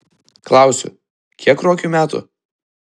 klausiu kiek ruokiui metų